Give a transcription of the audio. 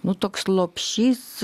nu toks lopšys